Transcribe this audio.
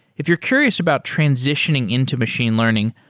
if you're curious about transitioning into machine learning,